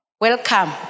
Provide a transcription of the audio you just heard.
welcome